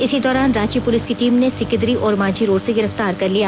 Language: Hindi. इसी दौरान रांची पुलिस की टीम ने सिकिदरी ओरमांझी रोड से गिरफ्तार कर लिया